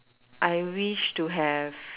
I wish to have